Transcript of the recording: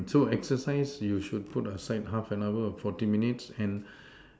so exercise you should put aside half an hour or forty minutes and